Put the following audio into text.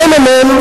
הממ"מ,